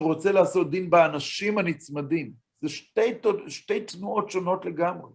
הוא רוצה לעשות דין באנשים הנצמדים. זה שתי תנועות שונות לגמרי.